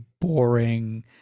boring